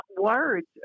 words